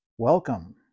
Welcome